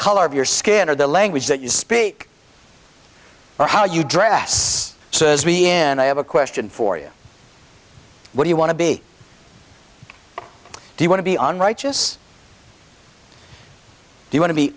color of your skin or the language that you speak or how you dress in i have a question for you what do you want to be do you want to be unrighteous you want to be